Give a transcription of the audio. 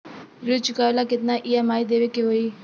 ऋण चुकावेला केतना ई.एम.आई देवेके होई?